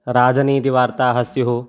राजनीतिवार्ताः स्युः